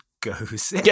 goes